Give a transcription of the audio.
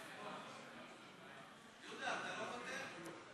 יהודה, אתה לא מוותר?